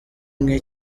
nke